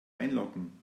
einloggen